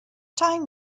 time